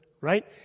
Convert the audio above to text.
right